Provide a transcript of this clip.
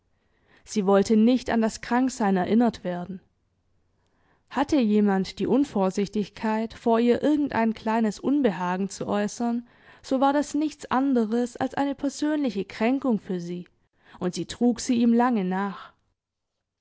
sie wollte nicht an das kranksein erinnert werden hatte jemand die unvorsichtigkeit vor ihr irgendein kleines unbehagen zu äußern so war das nichts anderes als eine persönliche kränkung für sie und sie trug sie ihm lange nach